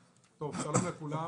לכולם,